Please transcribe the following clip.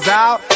out